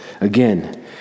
again